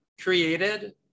created